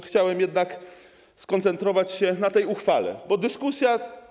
Chciałem jednak skoncentrować się na tej uchwale, bo dyskusja.